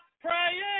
praying